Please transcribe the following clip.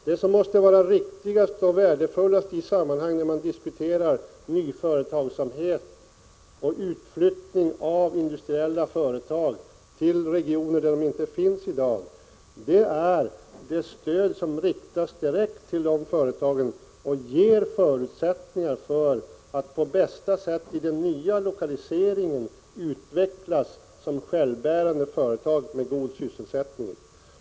Vad som är viktigast och värdefullast, när man diskuterar ny företagsamhet och utflyttning av industriföretag till regioner där sådana företag inte finns i dag, är det stöd som riktas direkt till dessa företag och ger dem förutsättningar att i den nya lokaliseringen utvecklas på bästa sätt som självbärande företag med god sysselsättning.